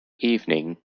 evening